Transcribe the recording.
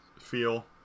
feel